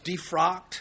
defrocked